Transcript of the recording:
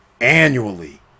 annually